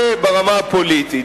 זה ברמה הפוליטית.